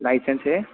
licence है